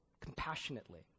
compassionately